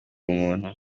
umuntu